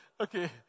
Okay